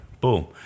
Boom